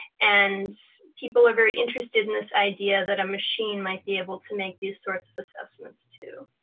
and people are very interested in this idea that a machine might be able to make these sorts of assessments, too.